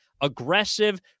aggressive